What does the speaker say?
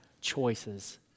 choices